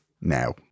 now